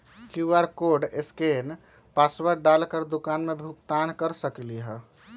QR code scan password डाल कर दुकान में भुगतान कर सकलीहल?